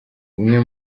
umwe